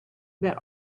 that